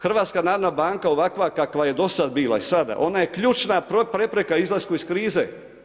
HNB ovakva kakva je dosad bila i sada, ona je ključna prepreka u izlasku iz krize.